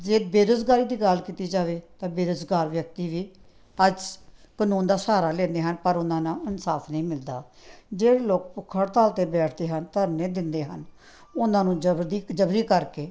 ਜੇ ਬੇਰੁਜ਼ਗਾਰੀ ਦੀ ਗੱਲ ਕੀਤੀ ਜਾਵੇ ਤਾਂ ਬੇਰੁਜ਼ਗਾਰ ਵਿਅਕਤੀ ਵੀ ਅੱਜ ਕਾਨੂੰਨ ਦਾ ਸਹਾਰਾ ਲੈਂਦੇ ਹਨ ਪਰ ਉਹਨਾਂ ਨਾਲ ਇਨਸਾਫ ਨਹੀਂ ਮਿਲਦਾ ਜਿਹੜੇ ਲੋਕ ਭੁੱਖ ਹੜਤਾਲ 'ਤੇ ਬੈਠਦੇ ਹਨ ਧਰਨੇ ਦਿੰਦੇ ਹਨ ਉਹਨਾਂ ਨੂੰ ਜਬਰ ਦੀ ਜਬਰੀ ਕਰਕੇ